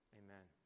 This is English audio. amen